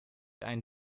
ein